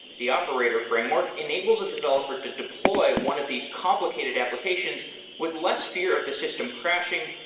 the operator framework enables a developer to deploy one of these complicated applications with less fear of the system crashing,